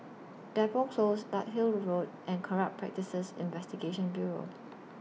Depot Close Larkhill Road and Corrupt Practices Investigation Bureau